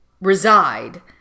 reside